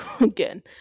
again